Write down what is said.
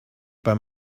bei